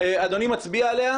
אדוני מצביע עליה,